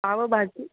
pav bhaji